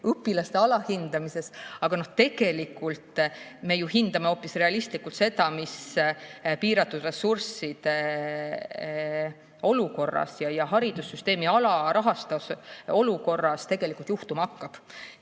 õpilaste alahindamises, aga tegelikult me ju hindame hoopis realistlikult seda, mis piiratud ressursside olukorras ja haridussüsteemi alarahastuse olukorras tegelikult juhtuma hakkab.